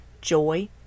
joy